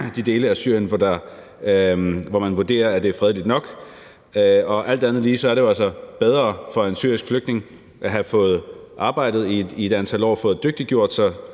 de dele af Syrien, hvor man vurderer, at der er fredeligt nok. Alt andet lige er det jo altså bedre for en syrisk flygtning at have arbejdet i et vist antal år og have dygtiggjort sig